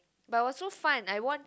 but was so fun I won